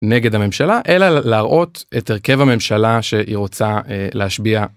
נגד הממשלה אלא להראות את הרכב הממשלה שהיא רוצה להשביע.